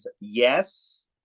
yes